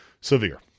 severe